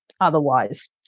otherwise